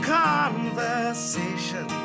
conversation